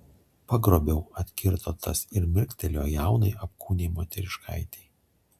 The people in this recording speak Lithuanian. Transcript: pagrobiau atkirto tas ir mirktelėjo jaunai apkūniai moteriškaitei